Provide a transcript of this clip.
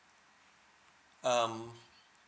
um